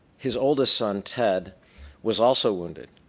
his olest son ted was also wounded.